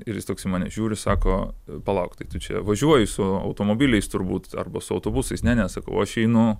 ir jis toks į mane žiūri sako palauk tai tu čia važiuoji su automobiliais turbūt arba su autobusais ne ne sakau aš einu